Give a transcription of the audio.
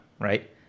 right